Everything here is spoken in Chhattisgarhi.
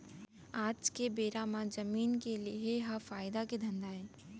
आज के बेरा म जमीन के लेहे ह फायदा के धंधा हे